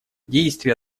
действий